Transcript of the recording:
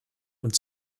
und